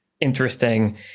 interesting